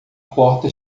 porta